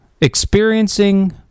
experiencing